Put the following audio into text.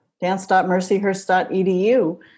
dance.mercyhurst.edu